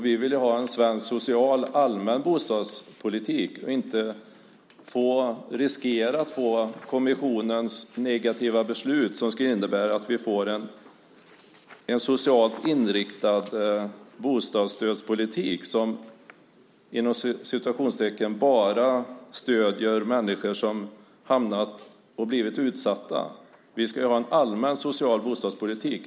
Vi vill ju ha en svensk, social, allmän bostadspolitik och inte riskera att få kommissionens negativa beslut som skulle innebära att vi får en socialt inriktad bostadsstödspolitik som så att säga bara stöder människor som hamnat snett och blivit utsatta. Vi ska ju ha en allmän, social bostadspolitik.